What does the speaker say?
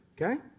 Okay